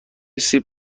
سیب